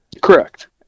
Correct